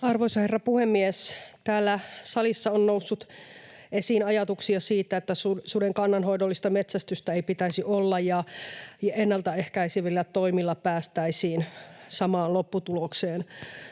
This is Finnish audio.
Arvoisa herra puhemies! Täällä salissa on noussut esiin ajatuksia siitä, että suden kannanhoidollista metsästystä ei pitäisi olla ja ennalta ehkäisevillä toimilla päästäisiin samaan lopputulokseen.